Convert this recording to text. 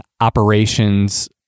operations